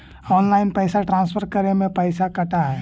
Online पैसा transfer करे में पैसा कटा है?